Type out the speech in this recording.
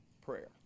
prayer